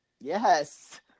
Yes